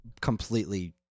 completely